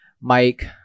Mike